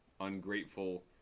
ungrateful